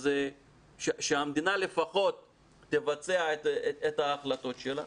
שהמדינה לפחות תבצע את ההחלטות שלה.